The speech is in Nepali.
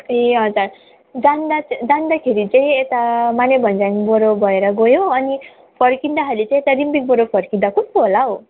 ए हजुर जाँदा जाँदाखेरि चाहिँ यता माने भन्ज्याङबाट भएर गयो अनि फर्किँदाखेरि चाहिँ त्यहाँ रिम्बिकबाट फर्किँदा कस्तो होला हौ